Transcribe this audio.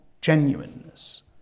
genuineness